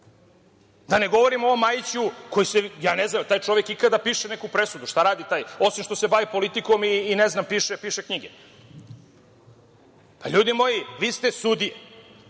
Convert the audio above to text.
ne govorim o ovom Majiću, ja ne znam, da li taj čovek ikada piše neku presudu, šta radi taj, osim što se bavi politikom i ne znam, piše knjige? Ljudi moji, vi ste sudije.